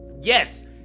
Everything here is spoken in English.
Yes